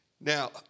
Now